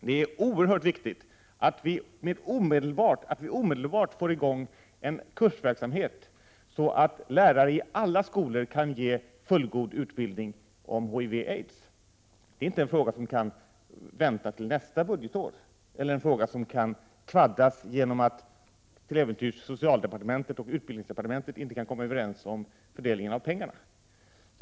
Det är oerhört viktigt att vi omedelbart får i gång en kursverksamhet, så att lärare i alla skolor kan ge fullgod utbildning om HIV/aids. Det är inte en fråga som kan vänta till nästa budgetår. Det är inte heller en fråga som kan kvaddas 9” genom att socialdepartementet och utbildningsdepartementet till äventyrs inte kan komma överens om fördelningen av pengarna.